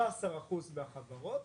13 אחוזים מהחברות